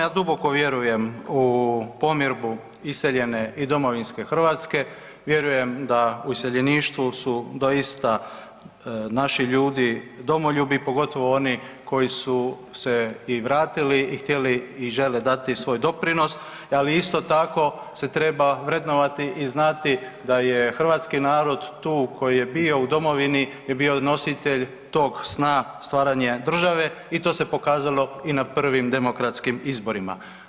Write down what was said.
Ja duboko vjerujem u pomirbu iseljene i domovinske Hrvatske, vjerujem da su u iseljeništvu naši ljudi domoljubi, pogotovo oni koji su se vratili i žele dati svoj doprinos, ali isto tako se treba vrednovati i znati da je hrvatski narod koji je bio u domovini je bio nositelj tog sna stvaranja države i to se pokazalo i na prvim demokratskim izborima.